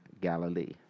Galilee